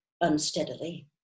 unsteadily